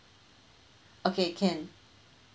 okay can